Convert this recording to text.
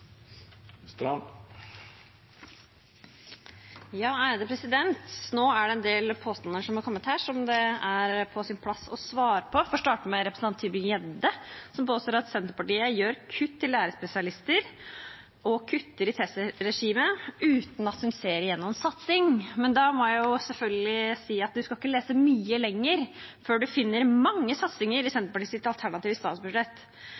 Nå er det en del påstander som har kommet her, som det er på sin plass å svare på. Jeg får starte med representanten Mathilde Tybring-Gjedde, som påstår at Senterpartiet gjør kutt i lærerspesialister og kutter i testregimet uten at de ser noen satsing. Men da må jeg selvfølgelig si at en skal ikke lese mye mer før en finner mange satsinger i Senterpartiets alternative statsbudsjett,